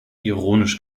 ironisch